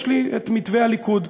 יש לי מתווה הליכוד,